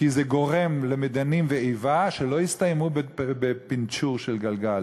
כי זה גורם למדנים ואיבה שלא יסתיימו בפינצ'ור של גלגל,